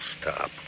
stop